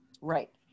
Right